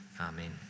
Amen